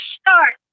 start